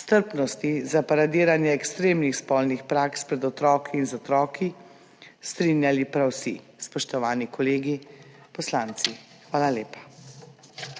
strpnosti za paradiranje ekstremnih spolnih praks pred otroki in z otroki, strinjali prav vsi, spoštovani kolegi poslanci. Hvala lepa.